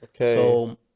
Okay